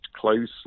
closely